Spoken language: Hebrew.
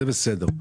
זה בסדר.